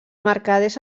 mercaders